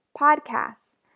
podcasts